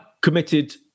committed